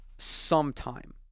sometime